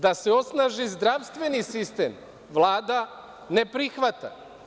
Da se osnaži zdravstveni sistem, Vlada ne prihvata.